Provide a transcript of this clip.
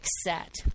set